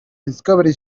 discovery